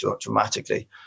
dramatically